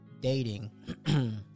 dating